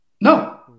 No